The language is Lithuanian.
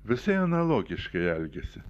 visai analogiškai elgiasi